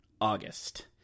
August